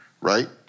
right